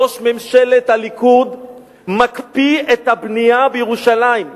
ראש ממשלת הליכוד מקפיא את הבנייה בירושלים.